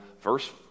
verse